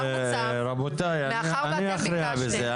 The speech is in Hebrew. רבותיי, אני אכריע בזה.